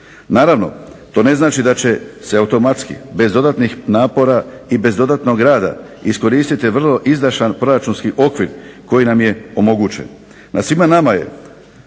Naravno to ne znači da će se automatski, bez dodatnih napora i bez dodatnog rada iskoristiti vrlo izdašan proračunski okvir koji nam je omogućen. Na svima nama je